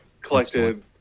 collected